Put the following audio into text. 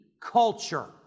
culture